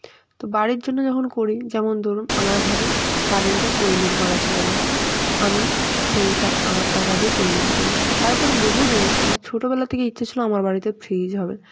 তো বাড়ির জন্য যখন করি যেমন ধরুন আমার ঘরে কারেন্টের ওয়্যারিং করা ছিল না তো আমি সেইটা আমার টাকা দিয়ে ওয়্যারিং করি তারপর বহুদিনের আমার ছোটোবেলা থেকেই ইচ্ছে ছিল আমার বাড়িতে ফ্রিজ হবে